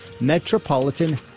Metropolitan